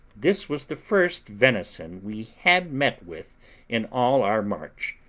this was the first venison we had met with in all our march,